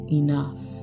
enough